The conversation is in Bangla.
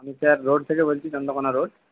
আমি স্যার রোড থেকে বলছি চন্দ্রকোনা রোড